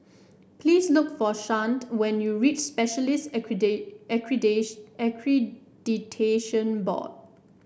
please look for Chante when you reach Specialists Accredi Accredi Accreditation Board